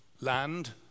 land